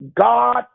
God